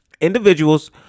Individuals